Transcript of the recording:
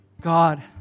God